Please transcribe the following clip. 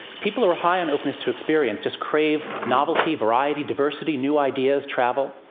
people who are high in openness to experience just crave novelty, variety, diversity, new ideas, travel.